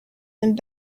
some